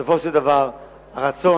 בסופו של דבר הרצון